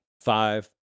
Five